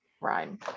rhyme